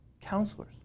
counselors